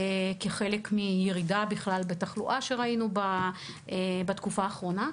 וזה כחלק מירידה בכלל בתחלואה שראינו בתקופה האחרונה.